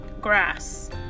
grass